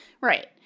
Right